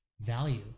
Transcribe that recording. value